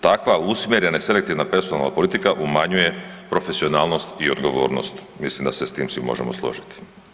Takva usmjerena i selektivna personalna politika umanjuje profesionalnost i odgovornost, mislim da se s tim svi možemo složiti.